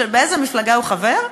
באיזו מפלגה הוא חבר?